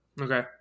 Okay